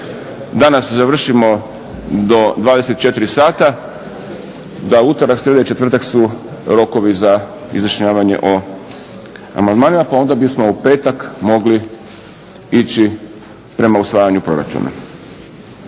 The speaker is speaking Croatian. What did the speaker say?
danas završimo do 24 sata da utorak, srijeda i četvrtak su rokovi za izjašnjavanje o amandmanima, pa onda bismo u petak mogli ići prema usvajanu proračuna.